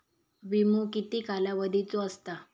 विमो किती कालावधीचो असता?